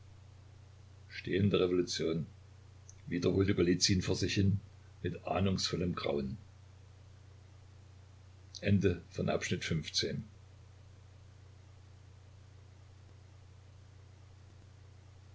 stehende revolution wiederholte golizyn vor sich hin mit ahnungsvollem grauen